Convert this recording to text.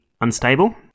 Unstable